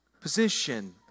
position